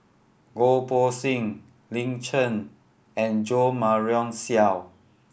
Goh Poh Seng Lin Chen and Jo Marion Seow